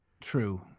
True